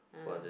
ah